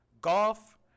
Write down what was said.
Golf